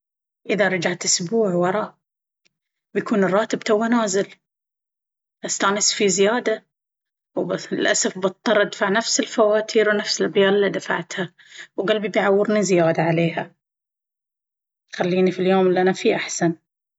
إذا رجعت إسبوع ورا بيكون الراتب توه نازل بأستانس فيه زيادة وبعيد ترتيبات أولوياتي وللأسف بأضطر أدفع نفس الفواتير ونفس الابيال الي دفعتها وقلبي بيعورني زيادة عليها. بس على العموم بحاول أركز على نفسي وأكثر من عمل الخير لأن اليوم إلي يروح ما يرجع وبحاول أوصل رحمي واقضي وقت أكثر مع عيالي وأفرحهم.